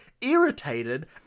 irritated